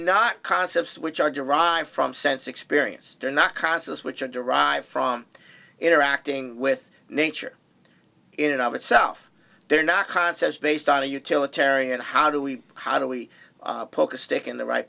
not concepts which are derived from sense experience they're not concepts which are derived from interacting with nature in and of itself they're not concepts based on a utilitarian how do we how do we poke a stick in the right